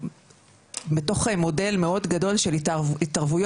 בתוך מודל מאוד גדול של התערבויות